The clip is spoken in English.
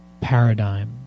paradigm